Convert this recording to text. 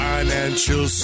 Financial